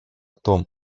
том